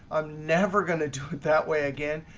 i'm never going to do it that way again.